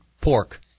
pork